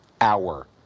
hour